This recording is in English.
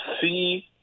see